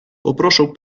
poproszę